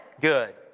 Good